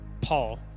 Paul